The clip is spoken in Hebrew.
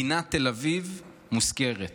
מדינת תל אביב מוזכרת,